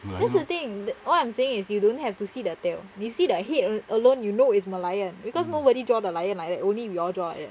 that's the thing what I'm saying is you don't have to see the tail you see the head alone you know is merlion because nobody draw the lion like that only we all draw like that